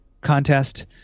contest